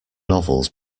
novels